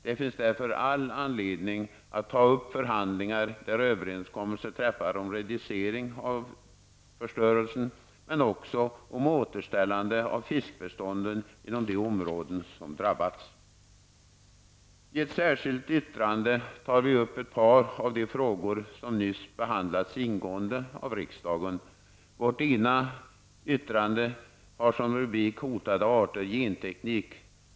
Det finns därför anledning att ta upp förhandlingar där överenskommelser träffas om reducering av förstörelsen, men också om återställande av fiskbestånden inom de områden som drabbats. I ett särskilt yttrande tar vi upp ett par av de frågor som nyss behandlats ingående av riksdagen. Vårt ena yttrande har som rubrik ''Hotade arter -- Genteknik''.